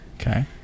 Okay